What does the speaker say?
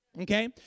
okay